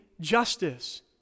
justice